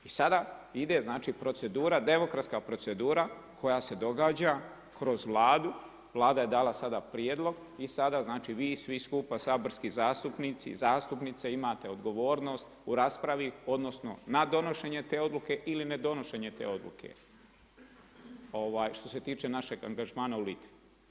I sada ide, znači procedura, demokratska procedura koja se događa kroz Vladu, Vlada je dala sada prijedlog i sada znači vi, svi skupa, saborski zastupnici i zastupnice imate odgovornost u raspravi, odnosno na donošenje te odluke ili ne donošenje te odluke, što se tiče našeg angažmana u Litvi.